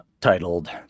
titled